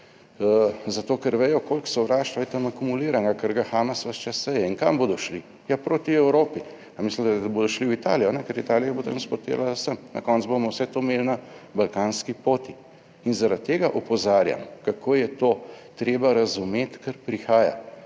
zato ker vedo koliko sovraštva je tam akumuliranega, ker ga Hamas ves čas seje in kam bodo šli? Ja, proti Evropi. A mislite, da bodo šli v Italijo, ne, ker Italija bo transportirala sem, na koncu bomo vse to imeli na balkanski poti in zaradi tega opozarjam, kako je to treba razumeti, kar prihaja.